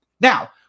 Now